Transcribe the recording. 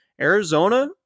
Arizona